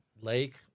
Lake